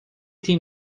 tem